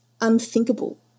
unthinkable